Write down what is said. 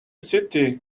city